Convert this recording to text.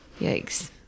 Yikes